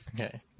Okay